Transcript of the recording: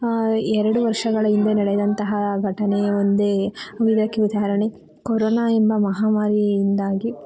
ಎರಡು ವರ್ಷಗಳ ಹಿಂದೆ ನಡೆದಂತಹ ಘಟನೆ ಒಂದೇ ಇದಕ್ಕೆ ಉದಾಹರಣೆ ಕೊರೋನ ಎಂಬ ಮಹಾಮಾರಿಯಿಂದಾಗಿ